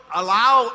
allow